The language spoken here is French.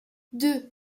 deux